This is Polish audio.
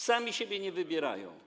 Sami siebie nie wybierają.